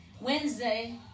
Wednesday